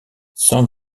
sans